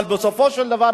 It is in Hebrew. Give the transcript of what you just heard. אבל בסופו של דבר,